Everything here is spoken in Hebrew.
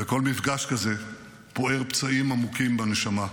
וכל מפגש כזה פוער פצעים עמוקים בנשמה.